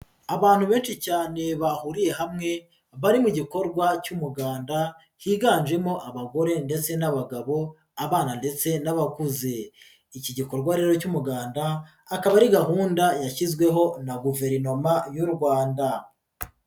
Abantu benshi cyane bahuriye hamwe bari mu gikorwa cy'umuganda, higanjemo abagore ndetse n'abagabo abana ndetse n'abakuze, iki gikorwa rero cy'umuganda akaba ari gahunda yashyizweho na guverinoma y'u Rwanda.